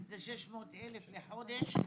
זה 600,000 לחודש,